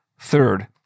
Third